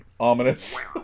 ominous